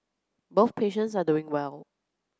both patients are doing well